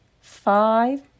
five